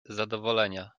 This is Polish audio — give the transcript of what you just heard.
zadowolenia